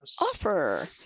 offer